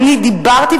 אני דיברתי,